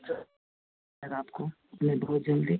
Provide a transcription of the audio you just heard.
अच्छा सर आपको नींद बहुत जल्दी